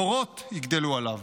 דורות יגדלו עליו.